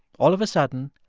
all of a sudden,